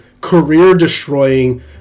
career-destroying